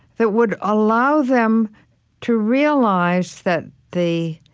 that would allow them to realize that the